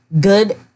good